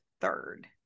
third